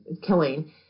killing